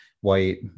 white